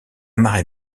marée